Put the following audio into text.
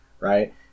right